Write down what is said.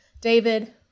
David